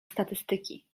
statystyki